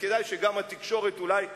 וכדאי שגם התקשורת אולי תיזכר,